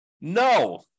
No